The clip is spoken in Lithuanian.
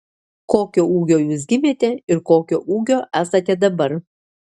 kokio ūgio jūs gimėte ir kokio ūgio esate dabar